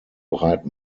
breit